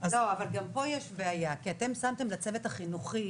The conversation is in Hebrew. גם פה יש בעיה כי אתם שמתם לצוות החינוכי